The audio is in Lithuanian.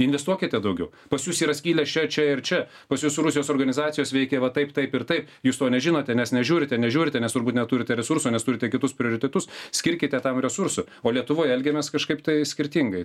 investuokite daugiau pas jus yra skylės čia čia ir čia pas jus rusijos organizacijos veikia va taip taip ir taip jūs to nežinote nes nežiūrite nežiūrite nes turbūt neturite resursų nes turite kitus prioritetus skirkite tam resursų o lietuvoj elgiamės kažkaip tai skirtingai